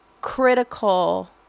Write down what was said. critical